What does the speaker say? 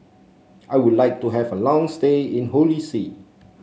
I would like to have a long stay in Holy See